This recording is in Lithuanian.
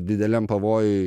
dideliam pavojuj